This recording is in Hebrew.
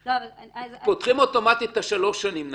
פותחים אוטומטית שלוש שנים נניח.